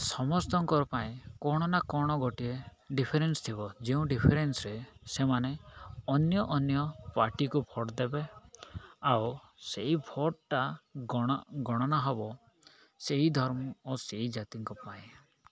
ସମସ୍ତଙ୍କର ପାଇଁ କ'ଣ ନା କ'ଣ ଗୋଟିଏ ଡ଼ିଫରେନ୍ସ ଥିବ ଯେଉଁ ଡ଼ିଫରେନ୍ସରେ ସେମାନେ ଅନ୍ୟ ଅନ୍ୟ ପାାର୍ଟିକୁ ଭୋଟ୍ ଦେବେ ଆଉ ସେଇ ଭୋଟ୍ଟା ଗଣ ଗଣନା ହେବ ସେଇ ଧର୍ମ ଓ ସେଇ ଜାତିଙ୍କ ପାଇଁ